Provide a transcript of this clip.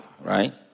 right